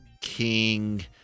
king